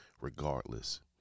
Regardless